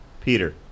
Peter